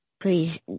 Please